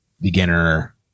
beginner